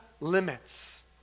limits